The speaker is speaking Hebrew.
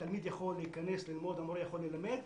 התלמיד יכול להיכנס ללמוד, המורה יכול ללמד,